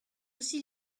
aussi